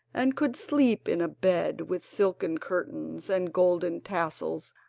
and could sleep in a bed with silken curtains and golden tassels,